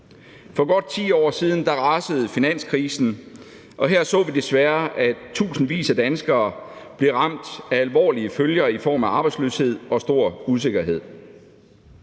For godt 10 år siden rasede finanskrisen, og her så vi desværre, at tusindvis af danskere blev ramt af alvorlige følger i form af arbejdsløshed og stor usikkerhed.